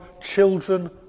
children